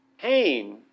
pain